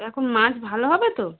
এখন মাছ ভালো হবে তো